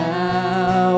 now